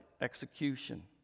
execution